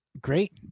Great